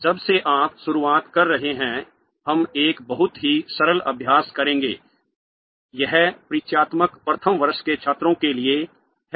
जब से आप शुरुआत कर रहे हैं हम एक बहुत ही सरल अभ्यास करेंगे यह परिचयात्मक प्रथम वर्ष के छात्रों के लिए है